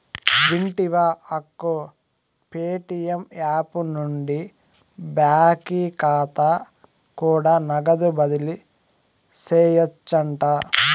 వింటివా అక్కో, Paytm app నుండి బాకీ కాతా కూడా నగదు బదిలీ సేయొచ్చంట